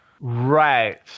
right